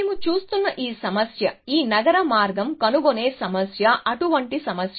మేము చూస్తున్న ఈ సమస్య ఈ నగర మార్గం కనుగొనే సమస్య అటువంటి సమస్య